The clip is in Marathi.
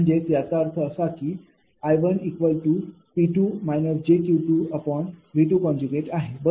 म्हणजेच याचा अर्थ असा की IP jQV आहे बरोबर